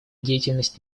деятельность